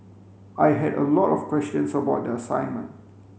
I had a lot of questions about the assignment